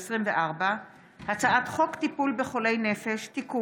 פ/3005/24 וכלה בהצעת חוק פ/3065/24: הצעת חוק טיפול בחולי נפש (תיקון,